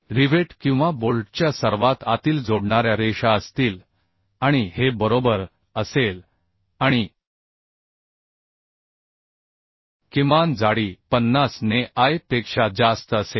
rivet किंवा बोल्टच्या सर्वात आतील जोडणाऱ्या रेषा असतील आणि हे बरोबर असेल आणि किमान जाडी 50 ने i पेक्षा जास्त असेल